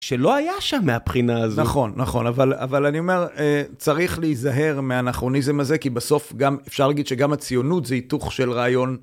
שלא היה שם מהבחינה הזאת. נכון, נכון, אבל אני אומר, צריך להיזהר מהנכרוניזם הזה, כי בסוף אפשר להגיד שגם הציונות זה היתוך של רעיון.